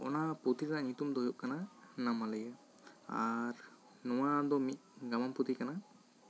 ᱚᱱᱟ ᱯᱩᱛᱷᱤ ᱨᱮᱱᱟᱜ ᱧᱩᱛᱩᱢ ᱫᱚ ᱦᱩᱭᱩᱜ ᱠᱟᱱᱟ ᱱᱟᱢᱟᱞᱤᱭᱟᱹ ᱟᱨ ᱱᱚᱣᱟ ᱫᱚ ᱢᱤᱫ ᱜᱟᱢᱟᱢ ᱯᱩᱸᱛᱷᱤ ᱠᱟᱱᱟ